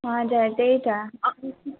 हजुर त्यही त